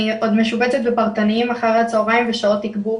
אני עוד משובצת בפרטניים אחרי הצהריים ושעות תגבור